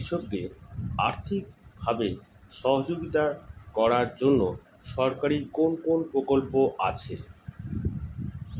কৃষকদের আর্থিকভাবে সহযোগিতা করার জন্য সরকারি কোন কোন প্রকল্প আছে?